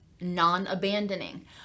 non-abandoning